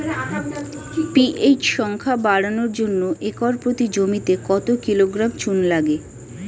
PH সংখ্যা বাড়ানোর জন্য একর প্রতি জমিতে কত কিলোগ্রাম চুন লাগে?